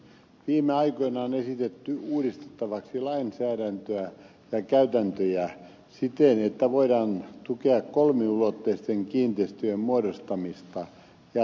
viime aikoina on esitetty uudistettavaksi lainsäädäntöä ja käytäntöjä siten että voidaan tukea kolmiulotteisten kiinteistöjen muodostamista ja rekisteröintiä